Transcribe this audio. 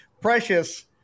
Precious